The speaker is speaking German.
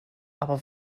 aber